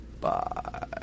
Bye